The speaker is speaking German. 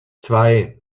zwei